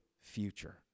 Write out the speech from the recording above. future